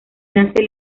nace